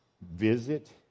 visit